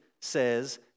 says